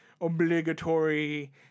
obligatory